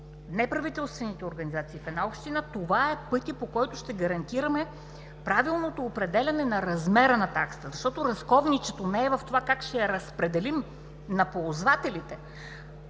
неправителствените организации в една община, това е пътят, по който ще гарантираме правилното определяне на размера на таксата. Защото разковничето не е в това как ще я разпределим на ползвателите,